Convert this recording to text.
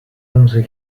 onze